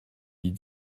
dis